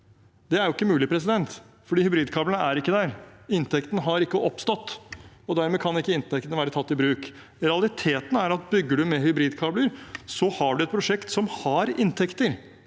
Det er ikke mulig, for hybridkablene er jo ikke der. Inntektene har ikke oppstått, og dermed kan ikke inntektene være tatt i bruk. Realiteten er at bygger man med hybridkabler, har man et prosjekt som har inntekter